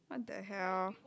!what the hell!